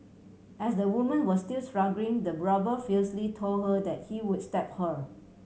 as the woman was still struggling the robber fiercely told her that he would stab her